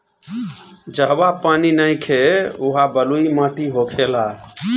जहवा पानी नइखे उहा बलुई माटी होखेला